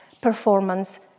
performance